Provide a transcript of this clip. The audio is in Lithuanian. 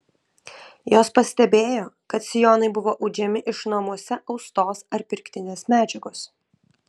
jos pastebėjo kad sijonai buvo audžiami iš namuose austos ar pirktinės medžiagos